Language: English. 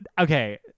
okay